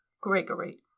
Gregory